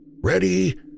Ready